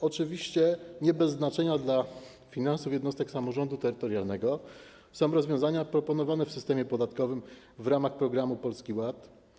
Oczywiście nie bez znaczenia dla finansów jednostek samorządu terytorialnego są rozwiązania proponowane w systemie podatkowym w ramach programu Polski Ład.